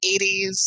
80s